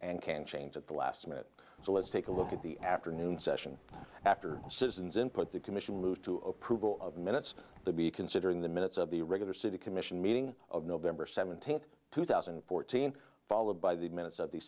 and can change at the last minute so let's take a look at the afternoon session after citizens input the commission moved to approval of minutes the be considering the minutes of the regular city commission meeting of november seventeenth two thousand and fourteen followed by the minutes of the